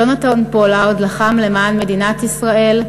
יונתן פולארד לחם למען מדינת ישראל,